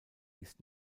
ist